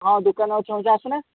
ହଁ ଦୋକାନରେ ଅଛି ଅଇଖା ଆସୁନ